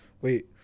Wait